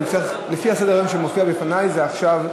לפי סדר-היום שמופיע בפני זה עכשיו,